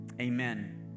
amen